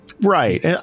right